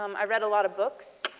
um i read a lot of books.